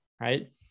right